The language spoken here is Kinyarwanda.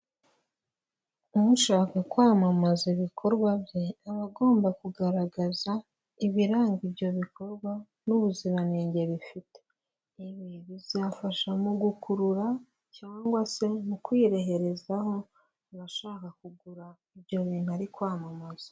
Ushaka kwamamaza ibikorwa bye, aba agomba kugaragaza ibiranga ibyo bikorwa n'ubuziranenge bifite, ibi bizafasha mu gukurura cyangwa se mu kwireherezaho abashaka kugura ibyo bintu ari kwamamaza.